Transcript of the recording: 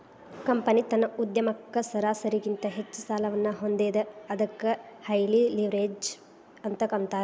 company ತನ್ನ ಉದ್ಯಮಕ್ಕ ಸರಾಸರಿಗಿಂತ ಹೆಚ್ಚ ಸಾಲವನ್ನ ಹೊಂದೇದ ಅದಕ್ಕ ಹೈಲಿ ಲಿವ್ರೇಜ್ಡ್ ಅಂತ್ ಅಂತಾರ